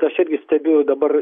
aš irgi stebiu dabar